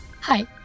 Hi